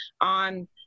on